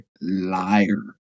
liar